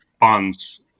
Bond's